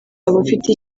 abafite